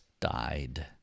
died